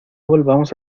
volvamos